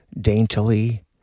daintily